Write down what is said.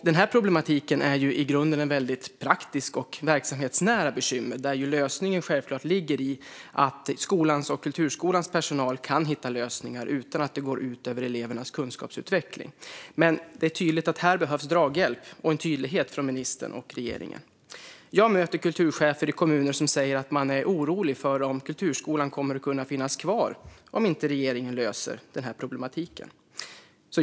Den här problematiken är i grunden ett väldigt praktiskt och verksamhetsnära bekymmer, där lösningen självklart ligger i att skolans och kulturskolans personal kan hitta lösningar utan att det går ut över elevernas kunskapsutveckling. Här är det dock tydligt att det behövs draghjälp och tydlighet från ministern och regeringen. Jag möter kommunala kulturchefer som säger att man är orolig för om kulturskolan kommer att kunna finnas kvar om inte regeringen löser den här problematiken.